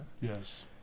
yes